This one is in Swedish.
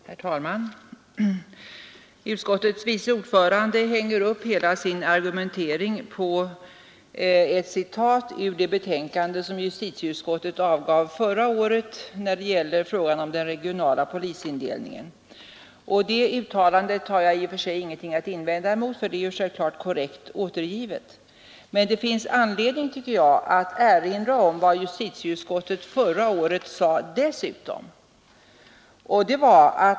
Herr talman! Utskottets vice ordförande hänger upp hela sin argumentering på ett citat ur det betänkande som justitieutskottet avgav förra året i frågan om den regionala polisorganisationen, och det uttalandet har jag i och för sig ingenting att invända emot, ty det är självklart korrekt återgivet. Men det finns anledning, tycker jag, att erinra om vad justitieutskottet förra året sade dessutom.